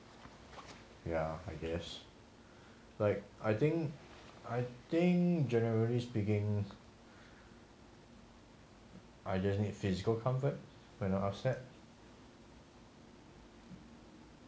ya I guess like I think I think generally speaking I just need physical comfort when I upset